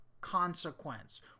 consequence